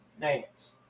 dance